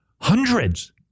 Hundreds